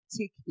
take